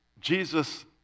Jesus